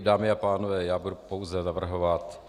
Dámy a pánové, budu pouze navrhovat.